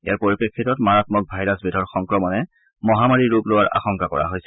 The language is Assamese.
ইয়াৰ পৰিপ্ৰেক্তিত মাৰামক ভাইৰাছবিধৰ সংক্ৰমণে মহামাৰীৰ ৰূপ লোৱাৰ আশংকা কৰা হৈছে